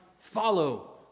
follow